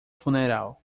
funeral